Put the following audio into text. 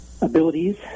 abilities